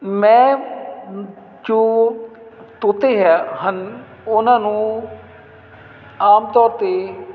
ਮੈਂ ਜੋ ਤੋਤੇ ਹੈ ਹਨ ਉਹਨਾਂ ਨੂੰ ਆਮ ਤੌਰ 'ਤੇ